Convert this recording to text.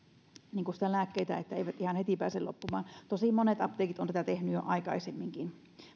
lääkkeitä etteivät ne ihan heti pääse loppumaan tosi monet apteekit ovat tätä tehneet jo aikaisemminkin